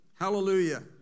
Hallelujah